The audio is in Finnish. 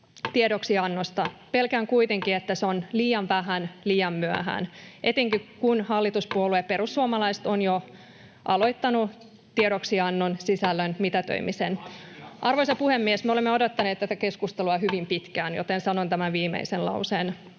koputtaa] Pelkään kuitenkin, että se on liian vähän, liian myöhään, etenkin kun hallituspuolue perussuomalaiset on jo aloittanut tiedoksiannon sisällön mitätöimisen. [Välihuuto perussuomalaisten ryhmästä] Arvoisa puhemies! Me olemme odottaneet tätä keskustelua hyvin pitkään, joten sanon tämän viimeisen lauseen: